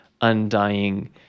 undying